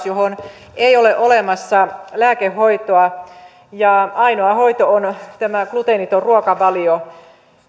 johon ei ole olemassa lääkehoitoa ja ainoa hoito on tämä gluteeniton ruokavalio